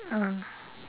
ah